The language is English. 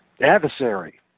adversary